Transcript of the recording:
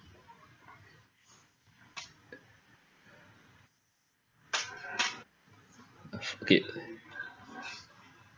okay